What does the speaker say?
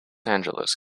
angeles